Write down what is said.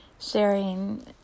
sharing